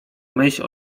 myśl